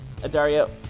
Adario